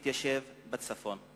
להתיישב בצפון.